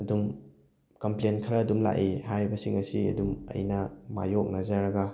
ꯑꯗꯨꯝ ꯀꯝꯄ꯭ꯂꯦꯟ ꯈꯔ ꯑꯗꯨꯝ ꯂꯥꯛꯏ ꯍꯥꯏꯔꯤꯕꯁꯤꯡ ꯑꯁꯤ ꯑꯗꯨꯝ ꯑꯩꯅ ꯃꯥꯌꯣꯛꯅꯖꯔꯒ